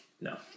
no